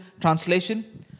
translation